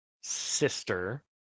sister